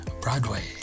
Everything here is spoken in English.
Broadway